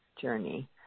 journey